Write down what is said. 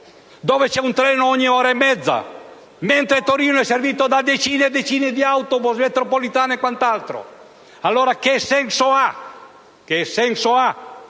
dove passa un treno ogni ora e mezza, quando orino è servita da decine e decine di autobus, metropolitane e quant'altro. Signora Ministro,